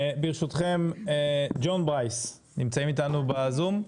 ברשותכם, ג'ון ברייס נמצאים איתנו בזום.